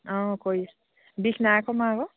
অঁ কৰি বিষ নাই কমা আকৌ